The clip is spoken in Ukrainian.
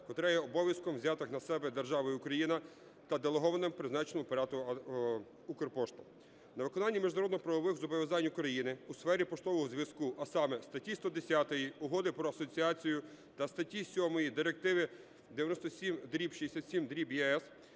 котра є обов'язком взятих на себе державою Україна та делегована призначеним оператором Укрпошта. На виконання міжнародно-правових зобов'язань України у сфері поштового зв'язку, а саме статті 110 Угоди про асоціацію та статті 7 Директиви 97/67/ЄС,